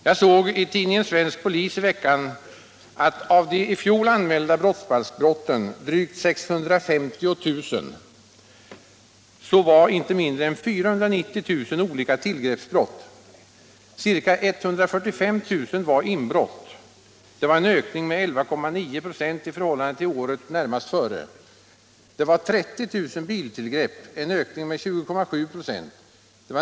Jag såg i tidningen Svensk Polis i veckan att av de i fjol anmälda brottsbalksbrotten — drygt 650 000 — så var inte mindre än 490 000 olika tillgreppsbrott. Ca 145 000 var inbrott, en ökning med 11,9 96 i förhållande till året närmast före. Det förekom 30 000 biltillgrepp, en ökning med 20,7 26.